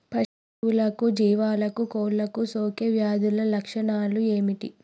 పశువులకు జీవాలకు కోళ్ళకు సోకే వ్యాధుల లక్షణాలు ఏమిటి?